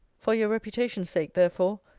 for your reputation sake therefore,